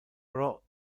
pro